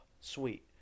sweet